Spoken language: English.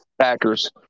Packers